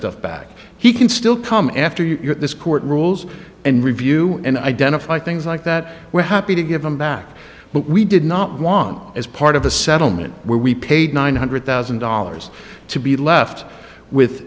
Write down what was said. stuff back he can still come after you or this court rules and review and identify things like that we're happy to give them back but we did not want as part of a settlement where we paid nine hundred thousand dollars to be left with